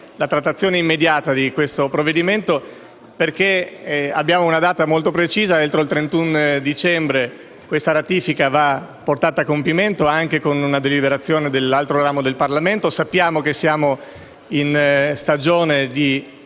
la trattazione immediata di questo provvedimento. Infatti abbiamo una data molto precisa, il 31 dicembre, entro la quale la ratifica va portata a compimento, anche con una deliberazione dell'altro ramo del Parlamento. Siamo in stagione di